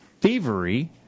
thievery